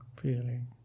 feeling